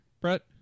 Brett